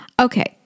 Okay